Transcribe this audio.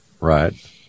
Right